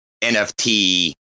NFT